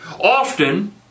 Often